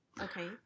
Okay